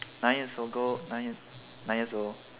nine years ago nine years nine years old